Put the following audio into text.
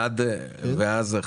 ואז,